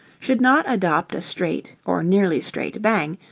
should not adopt a straight, or nearly straight, bang,